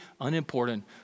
unimportant